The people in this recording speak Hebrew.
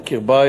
על קיר בית,